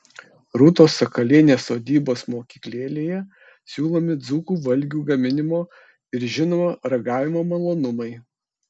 rūtos sakalienės sodybos mokyklėlėje siūlomi dzūkų valgių gaminimo ir žinoma ragavimo malonumai